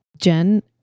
Jen